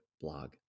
blog